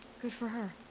good for her!